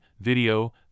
video